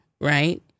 right